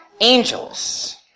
angels